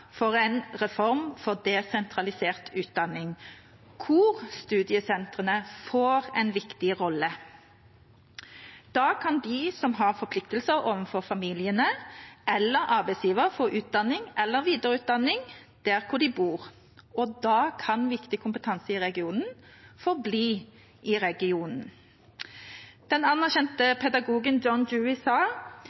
for en reform for desentralisert utdanning hvor studiesentrene får en viktig rolle. Da kan de som har forpliktelser overfor familie eller arbeidsgiver, få utdanning eller videreutdanning der de bor, og da kan viktig kompetanse i regionen forbli i regionen. Den anerkjente pedagogen John Dewey sa: